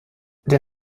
der